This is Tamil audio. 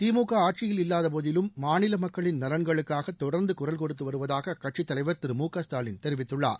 திமுக ஆட்சியில் இல்லாத போதிலும் மாநில மக்களின் நலன்களுக்காக தொடர்ந்து குரல் கொடுத்து வருவதாக அக்கட்சித் தலைவர் திரு மு க ஸ்டாலின் தெரிவித்துள்ளார்